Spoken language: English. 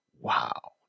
Wow